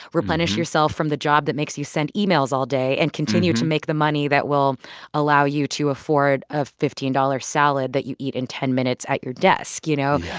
replenish yourself from the job that makes you send emails all day and continue to make the money that will allow you to afford a fifteen dollars salad that you eat in ten minutes at your desk, you know?